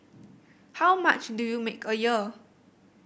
how much do you make a year